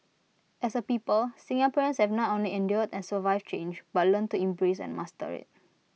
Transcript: as A people Singaporeans have not only endured and survived change but learned to embrace and master IT